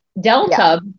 delta